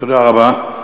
תודה רבה.